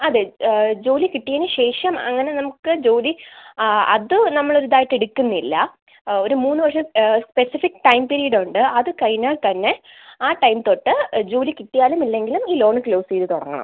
അതെ ജോലി കിട്ടിയതിന് ശേഷം അങ്ങനെ നമ്മൾക്ക് ജോലി ആ അത് നമ്മൾ ഒരു ഇത് ആയിട്ട് എടുക്കുന്നില്ല ഒരു മൂന്ന് വർഷം സ്പെസിഫിക് ടൈം പീരീഡ് ഉണ്ട് അത് കഴിഞ്ഞാൽ തന്നെ ആ ടൈം തൊട്ട് ജോലി കിട്ടിയാലും ഇല്ലെങ്കിലും ഈ ലോണ് ക്ലോസ് ചെയ്ത് തുടങ്ങണം